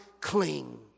cling